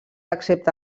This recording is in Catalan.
excepte